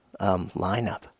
lineup